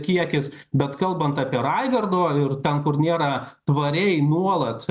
kiekis bet kalbant apie raigardo ir ten kur nėra tvariai nuolat